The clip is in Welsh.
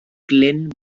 glyn